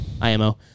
IMO